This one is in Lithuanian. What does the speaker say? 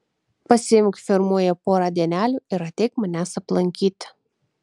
pasiimk firmoje porą dienelių ir ateik manęs aplankyti